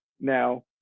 now